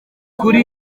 kuri